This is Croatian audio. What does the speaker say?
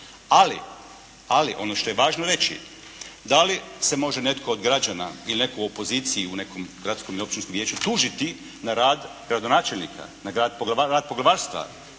Ali, ono što je važno reći. Da li se može netko od građana ili netko u opoziciji u nekom gradskom i općinskom vijeću tužiti na rad gradonačelnika, na rad poglavarstva?